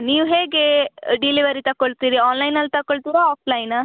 ನೀವು ಹೇಗೆ ಡಿಲಿವರಿ ತಕ್ಕೊಳ್ತೀರಿ ಆನ್ಲೈನಲ್ಲಿ ತಕ್ಕೊಳ್ತೀರಾ ಆಫ್ಲೈನಾ